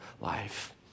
life